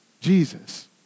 Jesus